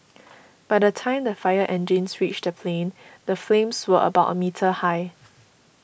by the time the fire engines reached the plane the flames were about a metre high